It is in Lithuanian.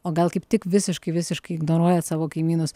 o gal kaip tik visiškai visiškai ignoruojat savo kaimynus